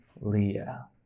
Leah